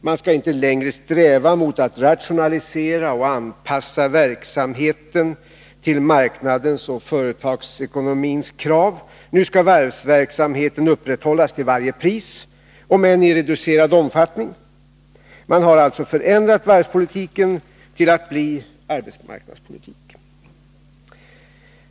Man skall inte längre sträva mot att rationalisera och anpassa verksamheten till marknadens och företagsekonomins krav. Nu skall varvsverksamheten upprätthållas till varje pris, om än i reducerad omfattning. Man har alltså förändrat varvspolitiken till att bli arbetsmarknadspolitik.